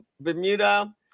Bermuda